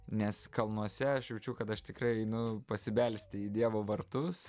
nes kalnuose aš jaučiu kad aš tikrai einu pasibelsti į dievo vartus